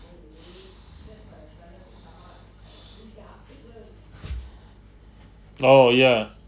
oh ya